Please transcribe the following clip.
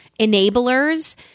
enablers